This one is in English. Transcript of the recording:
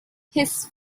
his